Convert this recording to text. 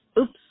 Oops